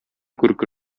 күрке